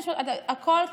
הכול קרה,